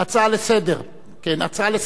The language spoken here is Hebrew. הצעה לסדר הדיון.